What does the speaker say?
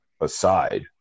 aside